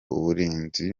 uburinzi